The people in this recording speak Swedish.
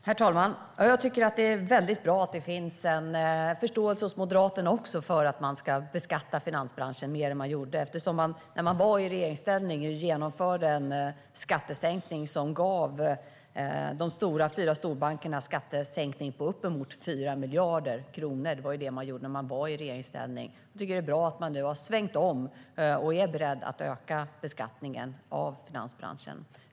Herr talman! Det är bra att det nu finns en förståelse hos Moderaterna för att finansbranschen måste beskattas mer. När man var i regeringsställning genomförde man en skattesänkning som sänkte skatten för de fyra storbankerna med uppemot 4 miljarder. Det är bra att man har svängt om och är beredd att öka beskattningen av finansbranschen.